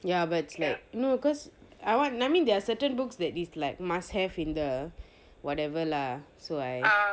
ya but it's like no cause I want I mean there are certain books that is like must have in the whatever lah so I